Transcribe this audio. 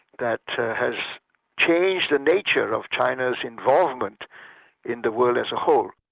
that has changed the nature of china's involvement in the world as a whole.